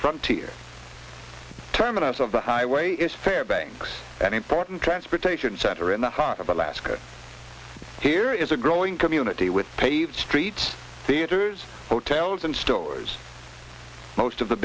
frontier terminus of the highway is fair banks an important transportation center in the heart of alaska here is a growing community with paved streets theatres hotels and stores most of the